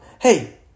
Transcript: hey